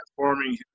transforming